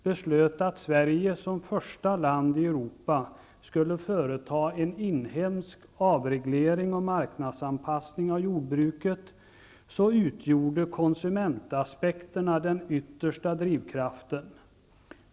beslöt att Sverige som första land i Europa skulle företa en inhemsk avreglering och marknadsanpassning av jordbruket, utgjorde konsumentaspekterna den yttersta drivkraften.